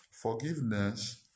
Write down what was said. Forgiveness